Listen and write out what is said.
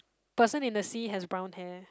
person in the sea has brown hair